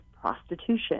prostitution